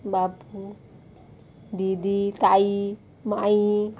बाबू दिदी तायी मायी